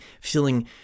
feeling